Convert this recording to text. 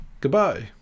Goodbye